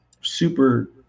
super